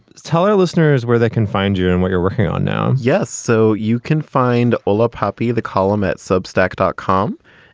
tell our listeners where they can find you and what you're working on now yes. so you can find all up happy the column at substract dot com.